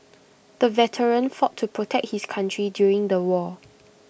the veteran fought to protect his country during the war